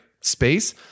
space